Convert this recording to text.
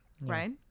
Right